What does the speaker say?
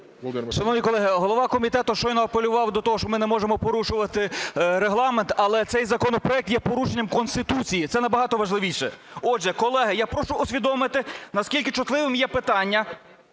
Шановні колеги, голова комітету щойно апелював до того, що ми не можемо порушувати Регламент, але цей законопроект є порушенням Конституції, це набагато важливіше. Отже, колеги, я прошу усвідомити, наскільки чутливим є питання,